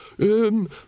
Um